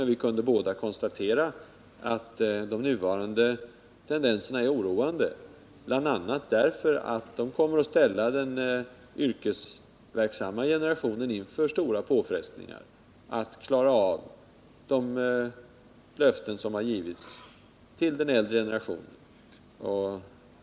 Både Carl-Henrik Hermansson och jag kunde konstatera att de nuvarande tendenserna är oroande, bl.a. därför att de kommer att ställa den yrkesverksamma generationen inför stora påfrestningar när det gäller att klara av de löften som har givits till den äldre generationen.